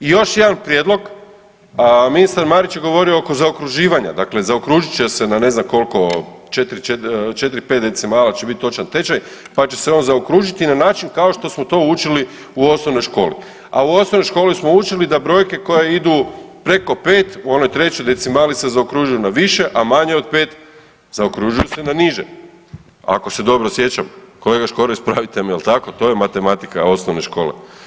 I još jedan prijedlog, ministar Marić je govorio oko zaokruživanja, dakle zaokružit će se na ne znam kolko 4, 4-5 decimala će bit točan tečaj, pa će se on zaokružiti na način kao što smo to učili u osnovnoj školi, a u osnovnoj školi smo učili da brojke koje idu preko 5 u onoj trećoj decimali se zaokružuju na više, a manje od 5 zaokružuju se na niže, ako se dobro sjećam, kolega Škoro ispravite me, jel tako, to je matematika osnovne škole.